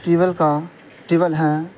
ٹیول کا ٹیول ہیں